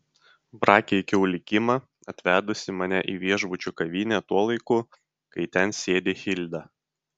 prakeikiau likimą atvedusį mane į viešbučio kavinę tuo laiku kai ten sėdi hilda